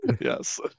Yes